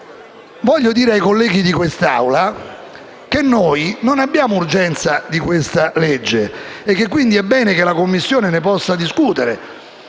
Voglio dire ai colleghi di quest'Assemblea che noi non abbiamo urgenza di approvare questo disegno di legge e che quindi è bene che la Commissione ne possa discutere.